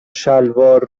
شلوار